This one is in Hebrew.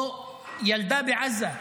או ילדה בעזה,